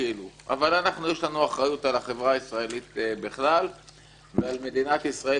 אבל לנו יש אחריות על החברה הישראלית בכלל ועל מדינת ישראל